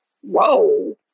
whoa